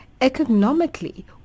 economically